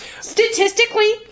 Statistically